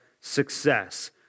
success